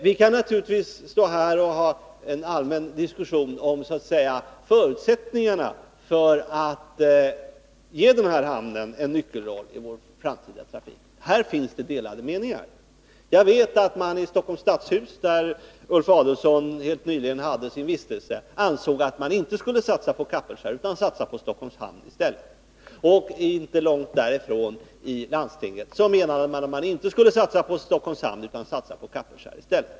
Vi kan naturligtvis ha en allmän diskussion om förutsättningarna för att ge den här hamnen en nyckelroll i vår framtida trafik. Härvidlag finns det delade meningar. Jag vet att man i Stockholms stadshus, där Ulf Adelsohn helt nyligen vistades, ansåg att man inte borde satsa på Kapellskär utan på Stockholms hamn. Inte långt därifrån, i landstinget, menade man att man inte borde satsa på Stockholms hamn utan på Kapellskär i stället.